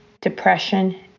depression